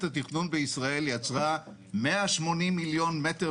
התכנון בישראל יצרה 180 מיליון מ"ר